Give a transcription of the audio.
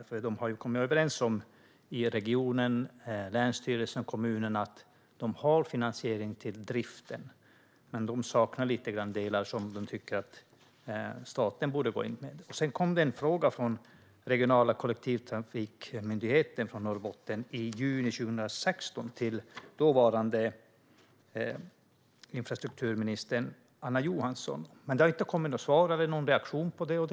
Länsstyrelsen och kommunerna i regionen har kommit överens om att de har finansiering till driften, men det finns delar där de tycker att staten borde gå in. Regionala kollektivtrafikmyndigheten i Norrbotten skickade i juni 2016 en fråga till dåvarande infrastrukturministern Anna Johansson, men det har inte kommit något svar eller någon reaktion på den frågan.